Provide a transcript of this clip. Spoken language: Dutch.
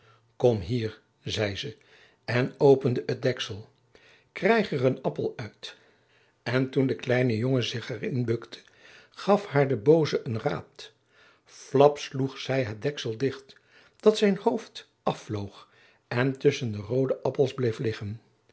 kom hier zei ze en opende het deksel krijg er een appel uit en toen de kleine jongen zich er in bukte gaf haar de booze een raad flap sloeg zij het deksel dicht dat zijn hoofd af vloog en tusschen de roode appels bleef liggen